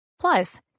Plus